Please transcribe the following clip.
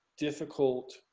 difficult